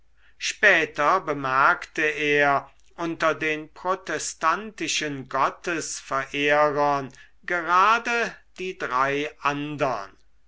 später bemerkte er unter den protestantischen gottesverehrern gerade die drei andern